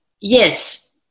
yes